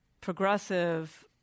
progressive